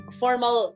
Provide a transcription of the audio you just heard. formal